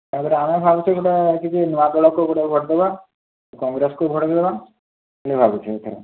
ତାପରେ ଆମେ ଭାବୁଛି ଗୋଟିଏ କିଛି ନୂଆ ଦଳକୁ ଗୋଟେ ଭୋଟ୍ ଦବା କଂଗ୍ରେସକୁ ଭୋଟ୍ ଦେଇଦେବା ବୋଲି ଭାବୁଛି ଏଥର